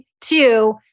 Two